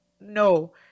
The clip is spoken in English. no